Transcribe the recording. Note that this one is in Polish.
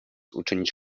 uczynić